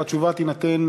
והתשובה תינתן